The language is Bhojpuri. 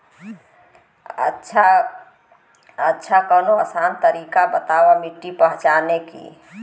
अच्छा कवनो आसान तरीका बतावा मिट्टी पहचाने की?